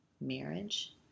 marriage